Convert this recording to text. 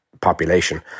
population